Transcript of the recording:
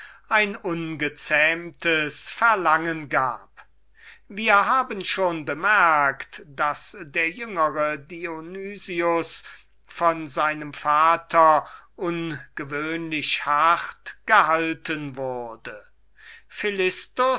ein ungezähmtes verlangen gab wir haben schon bemerkt daß der jüngere dionys von seinem vater ungewöhnlich hart gehalten wurde